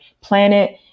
planet